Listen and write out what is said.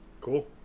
Cool